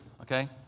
okay